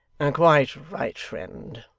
in. quite right, friend.